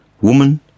Woman